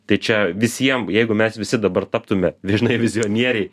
tai čia visiem jeigu mes visi dabar taptume žinai vizionieriai